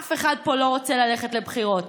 אף אחד פה לא רוצה ללכת לבחירות,